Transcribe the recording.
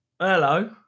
Hello